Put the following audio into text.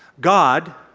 god,